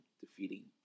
defeating